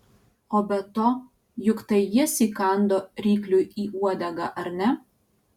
o be to juk tai jis įkando rykliui į uodegą ar ne